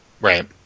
Right